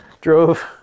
drove